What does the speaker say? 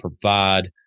provide